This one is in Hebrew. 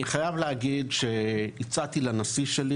אני חייב להגיד שהצעתי לנשיא שלי